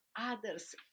others